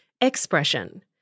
expression